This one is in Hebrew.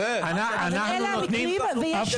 אלה המקרים ויש לא מעט כאלה.